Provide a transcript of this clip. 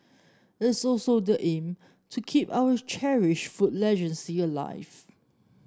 it also the aim to keep our cherished food legacy alive